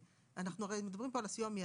אנחנו הרי מדברים פה על הסיוע המיידי,